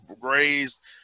raised